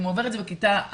אם הוא עובר את זה בכיתה א',